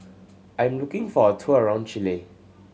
I am looking for a tour around Chile